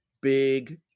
big